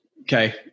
okay